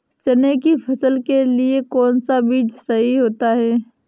चने की फसल के लिए कौनसा बीज सही होता है?